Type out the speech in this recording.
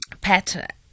Pat